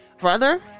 brother